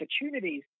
opportunities